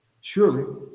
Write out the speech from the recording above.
surely